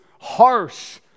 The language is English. harsh